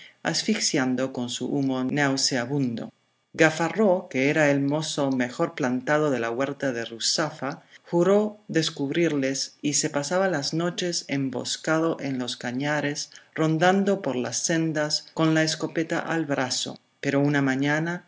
asfixiando con su humo nauseabundo gafarró que era el mozo mejor plantado de la huerta de ruzafa juró descubrirles y se pasaba las noches emboscado en los cañares rondando por las sendas con la escopeta al brazo pero una mañana